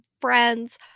friend's